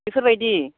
बेफोरबायदि